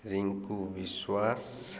Rinku Biswas